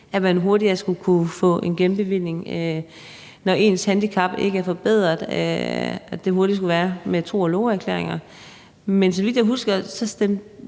at man hurtigere skal kunne få en genbevilling, når ens handicap ikke er forbedret, med tro og love-erklæringer, men så vidt jeg husker, stemte